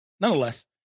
Nonetheless